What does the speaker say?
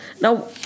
Now